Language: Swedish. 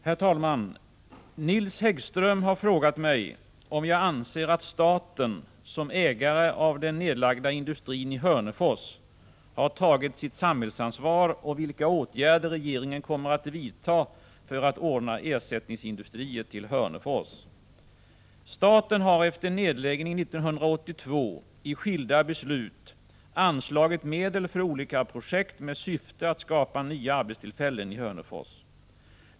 Herr talman! Nils Häggström har frågat mig om jag anser att staten som ägare av den nedlagda industrin i Hörnefors har tagit sitt samhällsansvar och vilka åtgärder regeringen kommer att vidta för att ordna ersättningsindustrier till Hörnefors. Staten har efter nedläggningen 1982 i skilda beslut anslagit medel för olika projekt med syfte att skapa nya arbetstillfällen i Hörnefors.